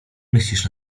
myślisz